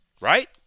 right